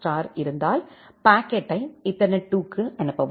இருந்தால் பாக்கெட்டை ஈதர்நெட் 2 க்கு அனுப்பும்